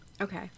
Okay